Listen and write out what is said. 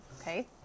okay